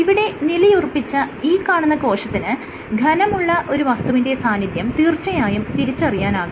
ഇവിടെ നിലയുറപ്പിച്ച ഈ കാണുന്ന കോശത്തിന് ഘനമുള്ള ഒരു വസ്തുവിന്റെ സാന്നിധ്യം തീർച്ചയായും തിരിച്ചറിയാനാകും